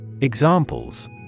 Examples